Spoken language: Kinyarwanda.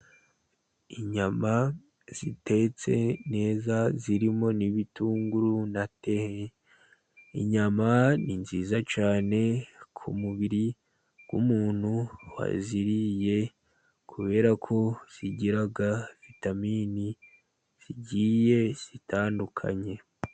Inyama zitetse neza zirimo n'ibitunguru na teyi. Inyama ni nziza cyane ku mubiri w'umuntu waziriye, kubera ko zigira vitamini zigiye zitandukanye.